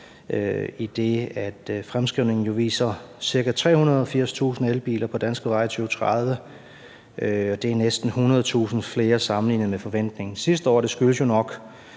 idet fremskrivningen jo viser ca. 380.000 elbiler på danske veje i 2030, og det er næsten 100.000 flere, end forventningen var sidste år. Det skyldes jo